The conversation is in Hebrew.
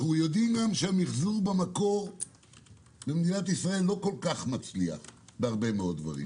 אנחנו גם יודעים שהמיחזור במקור לא כל כך מצליח במדינת ישראל.